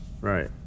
Right